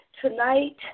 tonight